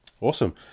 awesome